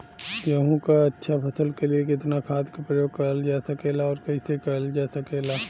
गेहूँक अच्छा फसल क लिए कितना खाद के प्रयोग करल जा सकेला और कैसे करल जा सकेला?